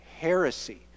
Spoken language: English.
heresy